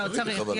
לא, צריך.